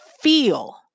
feel